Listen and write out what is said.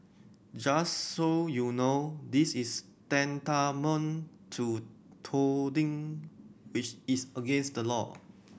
just so you know this is tantamount to touting which is against the law